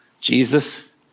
Jesus